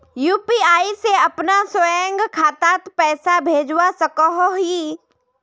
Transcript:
UPI से अपना स्वयं खातात पैसा भेजवा सकोहो ही?